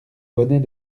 bonnets